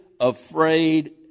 afraid